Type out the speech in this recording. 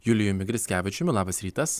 julijumi grickevičiumi labas rytas